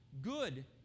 good